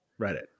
Reddit